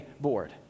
board